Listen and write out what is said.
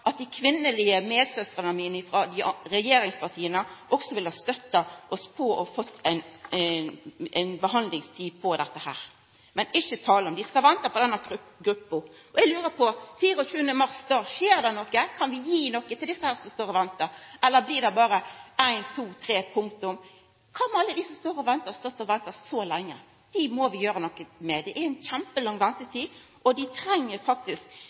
vera dei – og seier at slik vil dei faktisk ikkje ha det. Eg hadde forventa at medsystrene mine frå regjeringspartia også ville ha støtta oss for å få ei behandlingstid på dette. Men ikkje tale om! Dei skal venta på denne gruppa. Den 24. mars skjer det noko. Kan vi gi noko til dei som står og ventar, eller blir det berre ein, to, tre – punktum? Kva med alle dei som har stått og venta så lenge? Dei må vi gjera noko med. Det er kjempelang ventetid, og dei treng